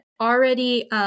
already